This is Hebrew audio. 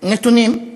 נתונים: